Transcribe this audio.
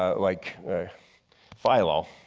ah like philo,